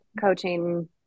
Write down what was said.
coaching